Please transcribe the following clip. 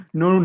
no